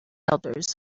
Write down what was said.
elders